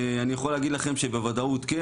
אני יכול להגיד לכם שבוודאות כן,